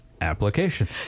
applications